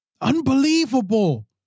Unbelievable